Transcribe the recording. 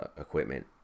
equipment